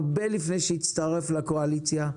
הרבה לפני שהצטרף לקואליציה,